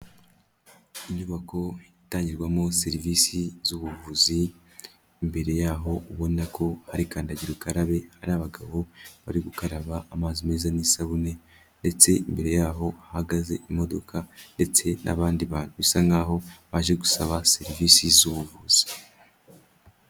Inyubako itangirwamo serivisi z'ubuvuzi, imbere yaho ubona ko hari kandagira ukarabe hari abagabo bari gukaraba amazi meza n'isabune, ndetse imbere yaho hahagaze imodoka ndetse n'abandi bantu bisa nkaho baje gusaba serivisi z'ubuvuzi.